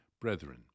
Brethren